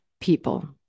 people